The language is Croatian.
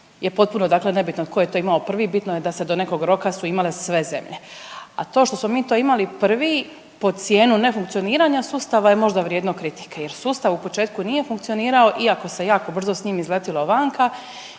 je potpuno dakle nebitno tko je to imao prvi, bitno je da se do nekog roka su imale sve zemlje. A to što smo mi to imali prvi pod cijenu nefunkcioniranja sustava je možda vrijedno kritike jer sustav u početku nije funkcionirao iako se jako brzo s njim izletilo vanka